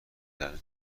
درجا